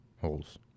Holes